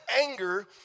anger